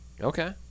Okay